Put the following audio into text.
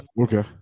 Okay